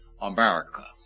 America